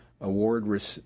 award